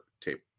tape